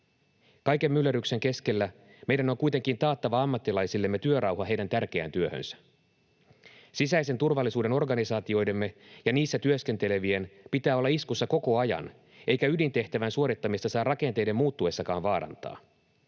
Kaiken myllerryksen keskellä meidän on kuitenkin taattava ammattilaisillemme työrauha heidän tärkeään työhönsä. Sisäisen turvallisuuden organisaatioidemme ja niissä työskentelevien pitää olla iskussa koko ajan, eikä ydintehtävän suorittamista saa rakenteiden muuttuessakaan vaarantaa.